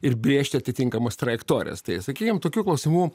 ir brėžti atitinkamas trajektorijas tai sakykim tokių klausimų